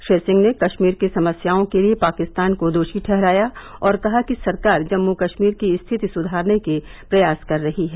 श्री सिंह ने कष्मीर की समस्याओं के लिए पाकिस्तान को दोशी ठहराया और कहा कि सरकार जम्मू कष्मीर की स्थिति सुधारने के प्रयास कर रही है